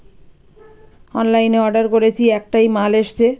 অনলাইনে অর্ডার করেছি একটাই মাল এসছে